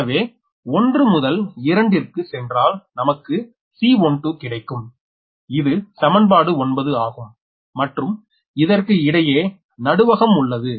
எனவே 1 முதல் 2 ற்கு சென்றால் நமக்கு C12 கிடைக்கும் இது சமன்பாடு 9 ஆகும் மற்றும் இதற்கு இடையே நடுவகம் உள்ளது